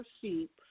sheep